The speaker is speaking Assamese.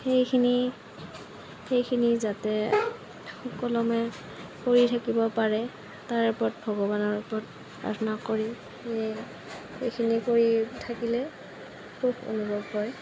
সেইখিনি সেইখিনি যাতে সুকলমে কৰি থাকিব পাৰে তাৰে ওপৰত ভগৱানৰ ওপৰত প্ৰাৰ্থনা কৰিম সেয়ে এইখিনি কৰি থাকিলে সুখ অনুভৱ হয়